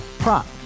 Prop